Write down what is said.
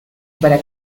para